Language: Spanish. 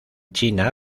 china